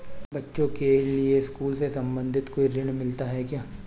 बच्चों के लिए स्कूल से संबंधित कोई ऋण मिलता है क्या?